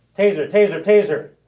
taser, taser, taser.